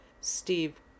steve